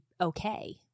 okay